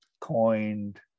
coined